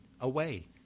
away